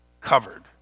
covered